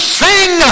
sing